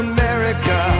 America